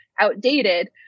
outdated